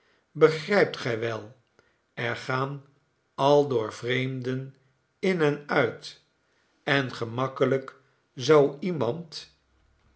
begrijpt gij wel er gaan aldoor vreemden in en uit en gemakkelijk zou iemand